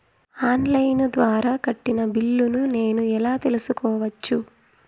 On line ద్వారా కట్టిన బిల్లును నేను ఎలా తెలుసుకోవచ్చు?